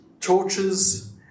torches